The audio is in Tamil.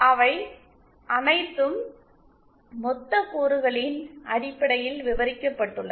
அவை அனைத்தும் மொத்த கூறுகளின் அடிப்படையில் விவரிக்கப்பட்டுள்ளன